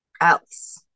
else